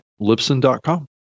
Lipson.com